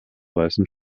weißen